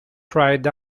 cried